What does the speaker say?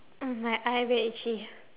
mm my eye very itchy